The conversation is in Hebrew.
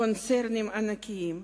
קונצרנים ענקיים,